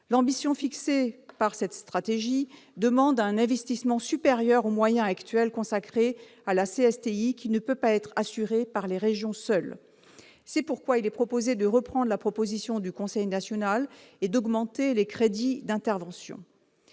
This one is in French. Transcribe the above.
L'ambition fixée par cette dernière nécessite un investissement supérieur aux moyens actuels consacrés à la CSTI qui ne peut pas être assuré par les régions seules. C'est pourquoi il est proposé de reprendre la proposition du Conseil national et d'augmenter les crédits d'intervention.